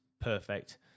Perfect